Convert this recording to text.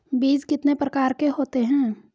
बीज कितने प्रकार के होते हैं?